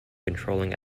controlling